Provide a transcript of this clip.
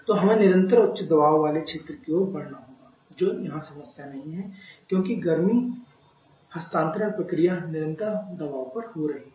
तो हमें निरंतर उच्च दबाव वाले क्षेत्र की ओर बढ़ना होगा जो यहां समस्या नहीं है क्योंकि पूरी गर्मी हस्तांतरण प्रक्रिया निरंतर दबाव पर हो रही है